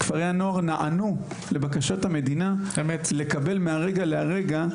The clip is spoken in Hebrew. כפרי הנוער נענו לבקשת המדינה לקבל מהרגע להרגע